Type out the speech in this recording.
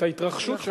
את ההתרחשות שם.